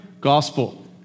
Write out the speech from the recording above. gospel